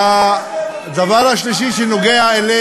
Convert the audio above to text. והדבר השלישי, שנוגע לנו,